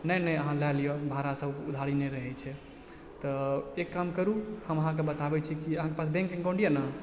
नहि नहि अहाँ लए लियऽ भाड़ा सभ उधारी नहि रहै छै तऽ एक काम करू हम अहाँके बताबै छी की अहाँके पास बैंक एकाउन्ट यऽ ने